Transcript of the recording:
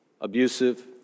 abusive